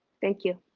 thank you.